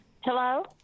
hello